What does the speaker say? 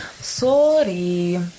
Sorry